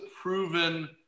proven